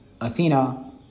Athena